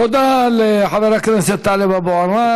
תודה לחבר הכנסת טלב אבו עראר.